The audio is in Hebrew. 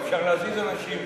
אפשר להזיז אנשים.